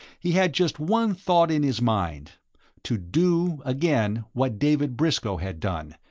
he had just one thought in his mind to do, again, what david briscoe had done,